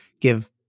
give